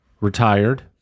retired